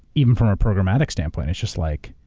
even from a programmatic standpoint, it's just like,